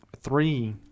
three